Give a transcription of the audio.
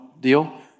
Deal